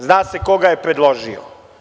Zna se ko ga je predložio.